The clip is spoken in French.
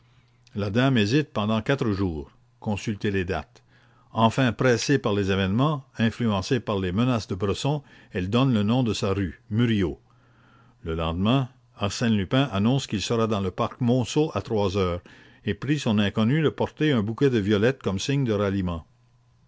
la dame hésite pendant quatre jours consultez les dates enfin pressée par les événements influencée par les menaces de bresson elle donne le nom de sa rue murillo le lendemain arsène lupin annonce qu'il sera dans le parc monceau à trois heures et prie son inconnue de porter un bouquet de violettes comme signe de ralliement